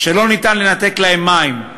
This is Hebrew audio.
שלא ניתן לנתק להן מים.